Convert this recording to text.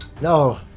No